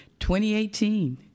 2018